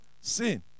sin